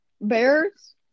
Bears